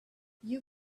you